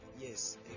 yes